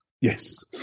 Yes